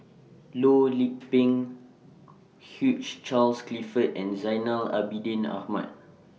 Loh Lik Peng Hugh Charles Clifford and Zainal Abidin Ahmad